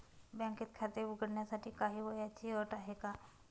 बँकेत खाते उघडण्याकरिता काही वयाची अट आहे का?